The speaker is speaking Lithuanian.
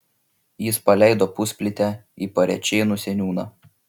jis paleido pusplytę į parėčėnų seniūną